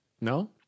No